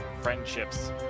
friendships